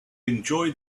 enjoy